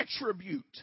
attribute